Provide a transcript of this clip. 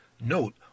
note